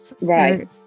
Right